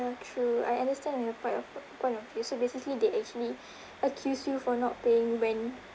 ~a true I understand your point of point of view so basically they actually accused you for not paying when